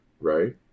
Right